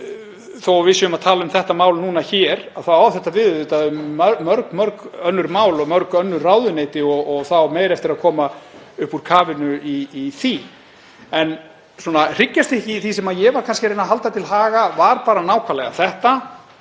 að við séum að tala um þetta mál núna þá á þetta við um mörg önnur mál og mörg önnur ráðuneyti og það á meira eftir að koma upp úr kafinu í því. En hryggjarstykkið í því sem ég var að reyna að halda til haga var bara nákvæmlega þetta: